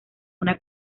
una